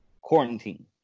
quarantine